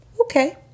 okay